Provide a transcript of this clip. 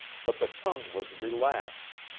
but the tongue was relaxed,